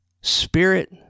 spirit